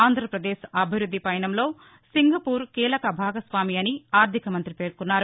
ఆంధ్రపదేశ్ అభివృద్ది పయసంలో సింగపూర్ కీలక భాగస్వామి అని ఆర్దిక మంతి పేర్కొన్నారు